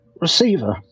receiver